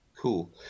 cool